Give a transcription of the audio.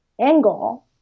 angle